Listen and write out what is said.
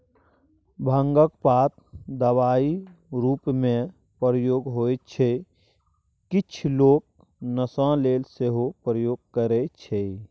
भांगक पात दबाइ रुपमे प्रयोग होइ छै किछ लोक नशा लेल सेहो प्रयोग करय छै